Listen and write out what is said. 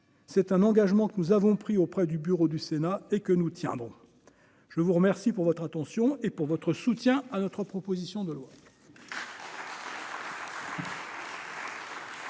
c'est un engagement que nous avons pris auprès du bureau du Sénat et que nous tiendrons je vous remercie pour votre attention et pour votre soutien à notre proposition de loi.